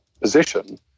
position